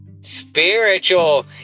Spiritual